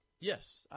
Yes